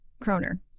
Kroner